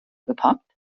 geparkt